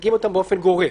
מחריגים אותם באופן גורף.